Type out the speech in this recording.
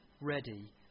ready